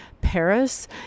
Paris